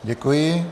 Děkuji.